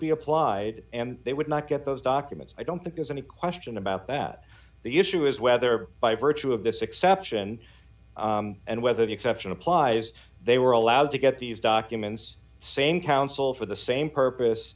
be applied and they would not get those documents i don't think there's any question about that the issue is whether by virtue of this exception and whether the exception applies they were allowed to get these documents same counsel for the same purpose